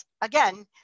again